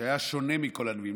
שהיה שונה מכל הנביאים,